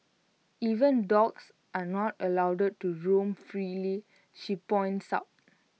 even dogs are not allowed to roam freely she points out